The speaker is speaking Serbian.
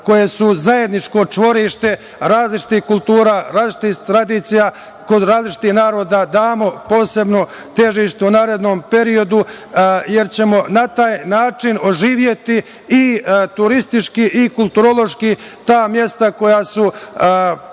koja su zajedničko čvorište različitih kultura, različitih tradicija, kod različitih naroda, damo posebno težište u narednom periodu, jer ćemo na taj način oživeti i turistički i kulturološki ta mesta koja su